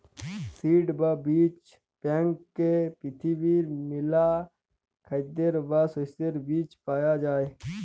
seed বা বীজ ব্যাংকে পৃথিবীর মেলা খাদ্যের বা শস্যের বীজ পায়া যাই